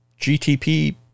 GTP